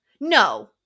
no